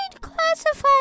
classified